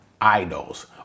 idols